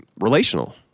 relational